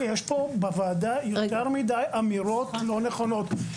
בוועדה יש יותר מדי אמירות לא נכונות.